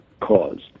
cause